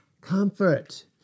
comfort